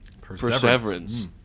Perseverance